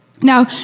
Now